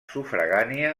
sufragània